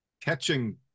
catching